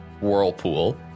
whirlpool